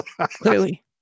clearly